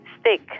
stick